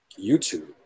YouTube